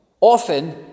Often